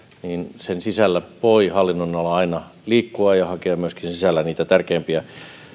sen sisällä voi hallinnonalalla aina liikkua ja hakea myöskin sisällä niitä